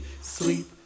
sleep